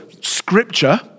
Scripture